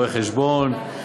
רואי-חשבון,